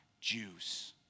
Jews